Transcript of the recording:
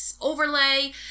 overlay